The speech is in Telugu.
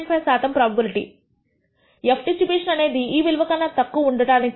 5 శాతము ప్రోబబిలిటీ f డిస్ట్రిబ్యూషన్ అనేది ఈ విలువ కన్నా తక్కువ ఉండడానికి